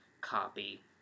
copy